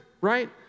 right